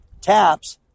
TAPS